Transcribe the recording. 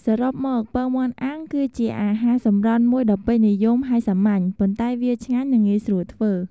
សរុបមក ពងមាន់អាំង គឺជាអាហារសម្រន់មួយដ៏ពេញនិយមហើយសាមញ្ញ ប៉ុន្តែវាឆ្ងាញ់ និងងាយស្រួលធ្វើ។